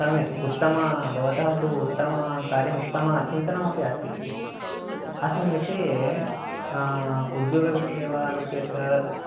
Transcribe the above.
सम्यक् उत्तमं भवतः तु उत्तमं कार्यम् उत्तमं चिन्तनमपि अस्ति अस्मिन् विषये उद्योगविषये वा नो चेत्